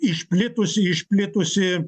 išplitusi išplitusi